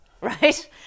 right